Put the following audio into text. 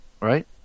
right